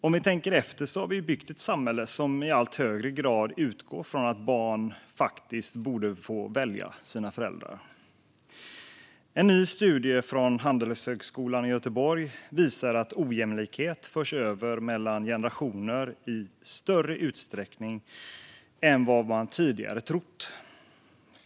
Om vi tänker efter har vi ju byggt ett samhälle som i allt högre grad utgår från att barn faktiskt borde få välja sina föräldrar. En ny studie från Handelshögskolan i Göteborg visar att ojämlikhet förs över mellan generationer i större utsträckning än vad man tidigare trott.